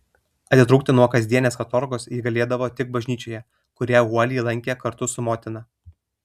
atitrūkti nuo kasdienės katorgos ji galėdavo tik bažnyčioje kurią uoliai lankė kartu su motina